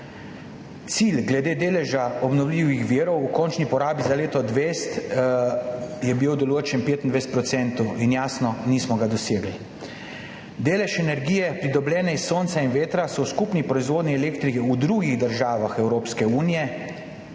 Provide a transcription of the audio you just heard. Cilj glede deleža obnovljivih virov v končni porabi za leto 2020 je bil določen, 25 %, in, jasno, nismo ga dosegli. Delež energije, pridobljene iz sonca in vetra, je v skupni proizvodnji elektrike v drugih državah Evropske unije